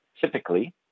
Typically